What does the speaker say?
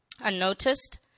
Unnoticed